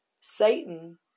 Satan